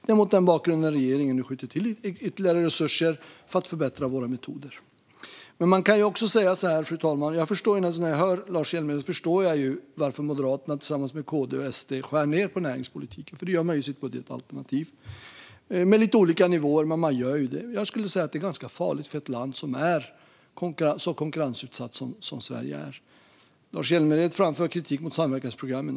Det är mot denna bakgrund regeringen nu skjuter till ytterligare resurser för att förbättra våra metoder. Fru talman! När jag hör Lars Hjälmered förstår jag varför Moderaterna tillsammans med KD och SD skär ned på näringspolitiken, för det gör de ju i sina budgetalternativ - nivåerna är lite olika, men de skär ned. Jag skulle säga att detta är ganska farligt för ett land som är så konkurrensutsatt som Sverige är. Lars Hjälmered framför kritik mot samverkansprogrammen.